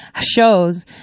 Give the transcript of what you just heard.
shows